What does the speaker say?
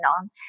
on